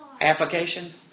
Application